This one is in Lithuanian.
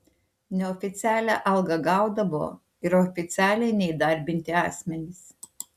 neoficialią algą gaudavo ir oficialiai neįdarbinti asmenys